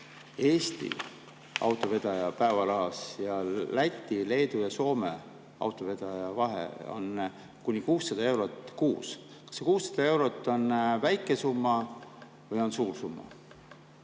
Eesti autovedaja päevaraha ja Läti, Leedu ja Soome autovedaja päevaraha vahel on kuni 600 eurot kuus. Kas see 600 eurot on väike summa või on suur summa?